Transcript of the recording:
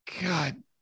god